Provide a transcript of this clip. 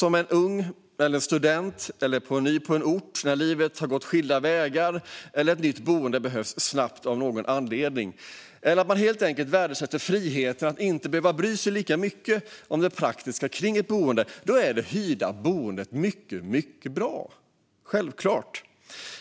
Om man är ung, student eller ny på en ort, om människors liv har gått skilda vägar, om ett nytt boende av någon anledning behövs snabbt eller om man helt enkelt värdesätter friheten att inte behöva bry sig så mycket om det praktiska kring ett boende kan det hyrda boendet självklart vara mycket bra.